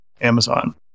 Amazon